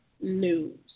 news